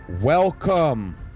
welcome